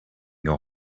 your